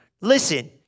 Listen